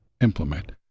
implement